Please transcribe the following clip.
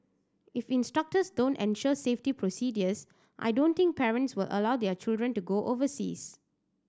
if instructors don't ensure safety procedures I don't think parents will allow their children to go overseas